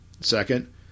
Second